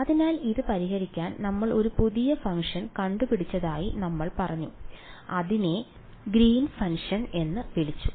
അതിനാൽ ഇത് പരിഹരിക്കാൻ നമ്മൾ ഒരു പുതിയ ഫംഗ്ഷൻ കണ്ടുപിടിച്ചതായി നമ്മൾ പറഞ്ഞു അതിനെ നമ്മൾ ഗ്രീൻസ് ഫംഗ്ഷൻ Green's function എന്ന് വിളിച്ചു